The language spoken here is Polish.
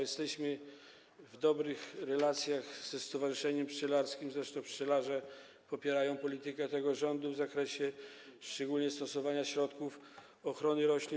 Jesteśmy w dobrych relacjach ze stowarzyszeniem pszczelarskim, zresztą pszczelarze popierają politykę tego rządu w zakresie szczególnie stosowania środków ochrony roślin.